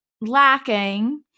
lacking